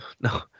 no